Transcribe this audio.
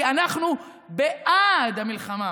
כי אנחנו בעד המלחמה